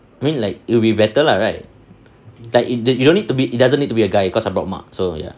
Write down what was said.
I mean like it will be better lah right like you don't need to be it doesn't need to be a guy cause I brought mak so ya